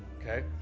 Okay